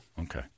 Okay